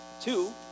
Two